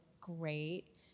great